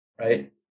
right